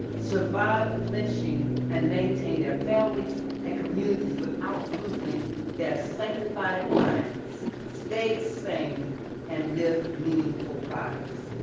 survived lynching and maintained their families and communities without losing their sanctified minds, stayed sane and lived meaningful lives.